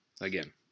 Again